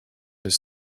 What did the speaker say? his